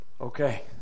Okay